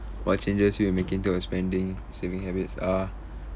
what changes you are making to your spending saving habits uh